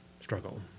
struggle